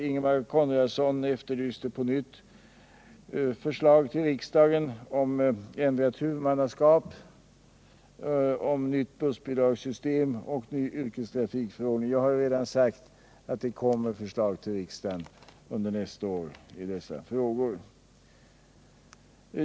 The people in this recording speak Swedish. Ingemar Konradsson efterlyste på nytt förslag till riksdagen om ändrat huvudmannaskap, om nytt bussbidragssystem och om ny yrkestrafikförordning. Jag har redan sagt att det kommer förslag till riksdagen i dessa frågor under nästa år.